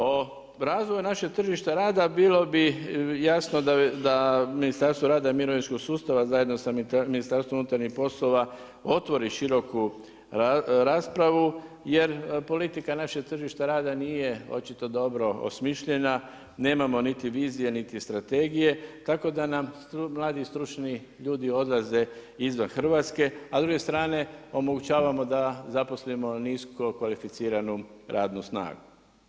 O razvoju našeg tržišta rada, bilo bi jasno da Ministarstvo rada i mirovinskog sustava zajedno sa Ministarstvom unutarnjih poslova otvori široku raspravu jer politika našeg tržišta rada nije očito dobro osmišljena, nemamo niti vizije niti strategije tako da nam mladi stručni ljudi odlaze izvan Hrvatske a s druge strane, omogućavamo da zaposlimo niskokvalificiranu radnu snagu.